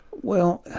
well,